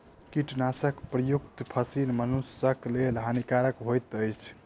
कीटनाशक प्रयुक्त फसील मनुषक लेल हानिकारक होइत अछि